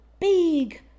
big